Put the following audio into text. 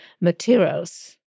materials